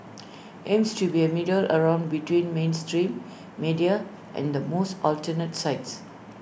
aims to be A middle ground between mainstream media and the most alternative sites